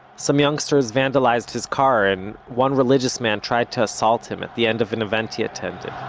some youngsters vandalized his car, and one religious man tried to assault him at the end of an event he attended